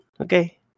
Okay